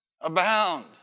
Abound